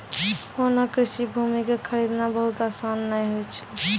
होना कृषि भूमि कॅ खरीदना बहुत आसान नाय होय छै